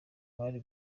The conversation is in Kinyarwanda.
bari